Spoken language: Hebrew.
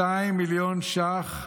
200 מיליון ש"ח,